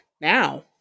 now